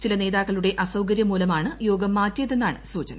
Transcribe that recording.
ചില നേതാക്കളുടെ അസൌകര്യം മൂലമാണ് യോഗം മാറ്റിയതെന്നാണ് സൂചന